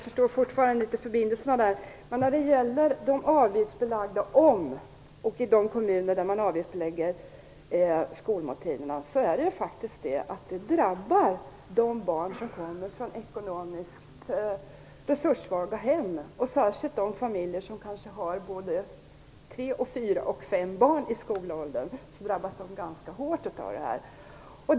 Fru talman! Jag måste säga att jag fortfarande inte förstår sambanden. Avgiftsbelagda skolmåltider drabbar faktiskt de barn som kommer från ekonomiskt resurssvaga hem. Särskilt de familjer som kanske har både tre, fyra och fem barn i skolåldern drabbas hårt.